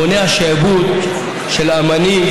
מונע שעבוד של אומנים,